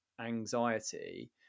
anxiety